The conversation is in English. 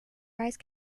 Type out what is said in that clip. rise